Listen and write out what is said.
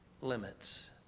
limits